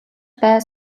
бай